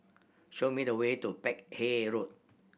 show me the way to Peck Hay Road